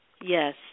yes